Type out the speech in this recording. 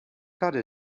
caught